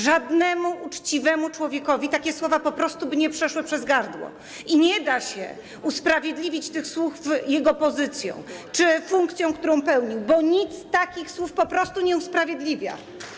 Żadnemu uczciwemu człowiekowi takie słowa po prostu by nie przeszły przez gardło i nie da się usprawiedliwić tych słów jego pozycją czy funkcją, którą pełnił, bo nic takich słów po prostu nie usprawiedliwia.